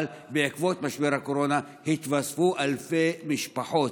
אבל בעקבות משבר הקורונה התווספו אלפי משפחות,